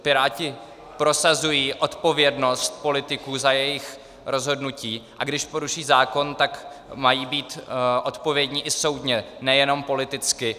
Piráti prosazují odpovědnost politiků za jejich rozhodnutí, a když poruší zákon, tak mají být odpovědní i soudně, ne jenom politicky.